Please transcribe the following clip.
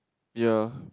ya